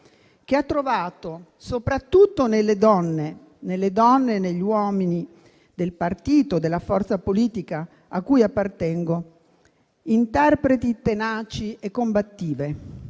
che ha trovato, soprattutto nelle donne, ma anche negli uomini, della forza politica a cui appartengo, interpreti tenaci e combattivi: